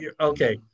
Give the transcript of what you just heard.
Okay